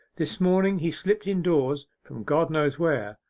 this morning he slipped indoors from god knows where,